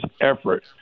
effort